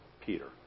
Peter